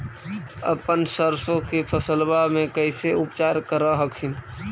अपन सरसो के फसल्बा मे कैसे उपचार कर हखिन?